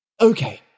Okay